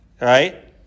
right